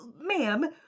Ma'am